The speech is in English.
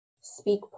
speak